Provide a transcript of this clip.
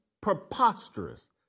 preposterous